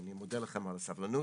ואני מודה לכם על הסבלנות.